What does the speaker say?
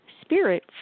spirit